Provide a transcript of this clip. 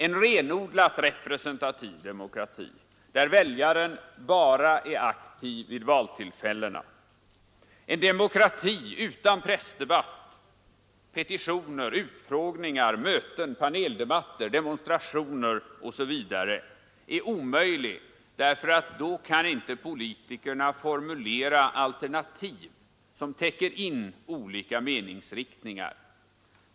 En renodlat representativ demokrati, där väljaren bara är aktiv vid valtillfällena, en demokrati utan pressdebatt, petitioner, utfrågningar, möten, paneldebatter, demonstrationer osv., är omöjlig därför att politikerna då inte kan formulera alternativ som täcker in olika meningsriktningar.